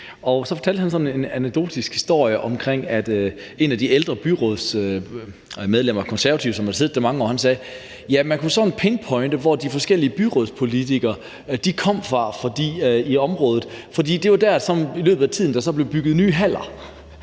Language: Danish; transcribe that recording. Så fortalte han sådan en anekdotisk historie om, at en af de ældre byrådsmedlemmer fra De Konservative, som havde siddet der i mange år, havde sagt, at man kunne sådan pinpointe, hvor de forskellige byrådspolitikere kom fra i området, for det var der, hvor der i løbet af tiden var blevet bygget nye haller.